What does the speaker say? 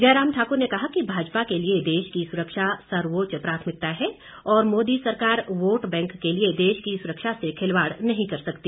जयराम ठाकुर ने कहा कि भाजपा के लिए देश की सुरक्षा सर्वोच्च प्राथमिकता है और मोदी सरकार वोट बैंक के लिए देश की सुरक्षा से खिलवाड़ नहीं कर सकती